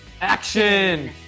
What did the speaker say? action